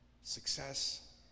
success